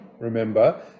remember